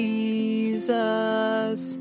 Jesus